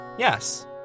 Yes